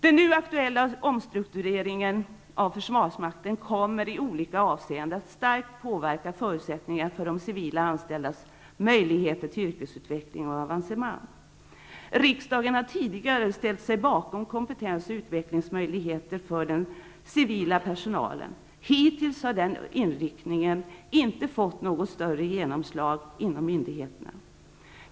Den nu aktuella omstruktureringen av försvarsmakten kommer i olika avseenden att starkt påverka förutsättningarna för de civilanställdas möjligheter till yrkesutveckling och avancemang. Riksdagen har tidigare ställt sig bakom kompetensoch utvecklingsmöjligheter för den civila personalen. Hittills har inriktningen inte fått något större genomslag inom myndigheterna.